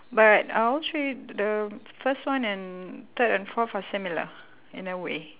but I will treat the first one and third and fourth are similar in a way